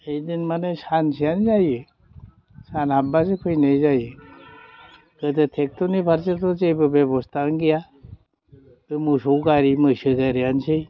ओरैनो माने सानसेयानो जायो सान हाबबासो फैनाय जायो गोदो ट्रेक्ट'रनि फारसेथ' जेबो बेब'स्थायानो गैया बे मोसौ गारि मैसो गारियानोसै